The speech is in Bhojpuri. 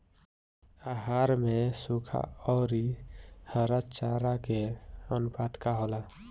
आहार में सुखा औरी हरा चारा के आनुपात का होला?